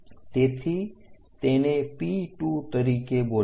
તેથી તેને P2 તરીકે બોલાવો